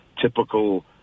typical